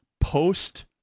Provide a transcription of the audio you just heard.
post